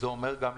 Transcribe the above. שזה גם התבואות.